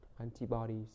antibodies